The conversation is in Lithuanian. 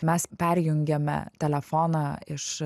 mes perjungiame telefoną iš